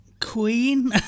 Queen